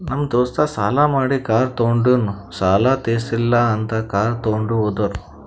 ನಮ್ ದೋಸ್ತ ಸಾಲಾ ಮಾಡಿ ಕಾರ್ ತೊಂಡಿನು ಸಾಲಾ ತಿರ್ಸಿಲ್ಲ ಅಂತ್ ಕಾರ್ ತೊಂಡಿ ಹೋದುರ್